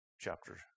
Chapter